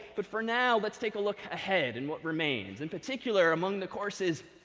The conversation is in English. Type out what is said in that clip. but for now, let's take a look ahead and what remains. in particular among the course's